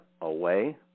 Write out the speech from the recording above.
away